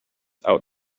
out